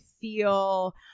feel